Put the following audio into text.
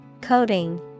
Coding